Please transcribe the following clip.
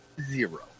zero